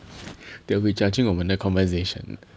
they'll be judging 我们的 conversation